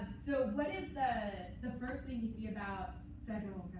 so what is the first thing you see about federal